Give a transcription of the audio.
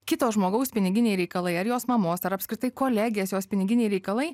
kito žmogaus piniginiai reikalai ar jos mamos ar apskritai kolegės jos piniginiai reikalai